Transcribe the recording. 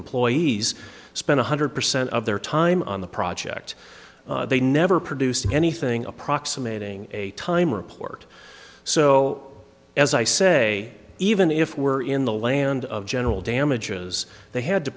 employees spent one hundred percent of their time on the project they never produced anything approximating a time report so as i say even if were in the land of general damages they had to